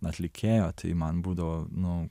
atlikėjo tai man būdavo nu